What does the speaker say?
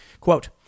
Quote